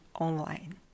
online